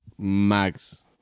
Max